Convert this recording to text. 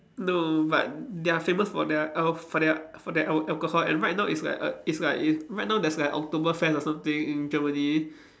no but they are famous for their al~ for their for their al~ alcohol and right now is like err is like is right now there's like Oktoberfest or something in Germany